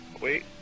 Wait